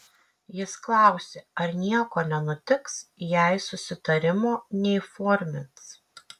jis klausė ar nieko nenutiks jei susitarimo neįformins